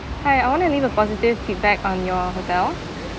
hi I want to leave a positive feedback on your hotel